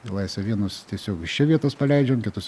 į laisvę vienus tiesiog iš čia vietos paleidžiam kitus